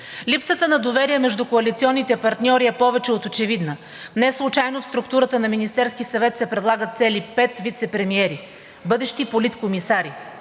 Липсата на доверие между коалиционните партньори е повече от очевидна. Неслучайно в структурата на Министерския съвет се предлагат цели пет вицепремиери – бъдещи политкомисари.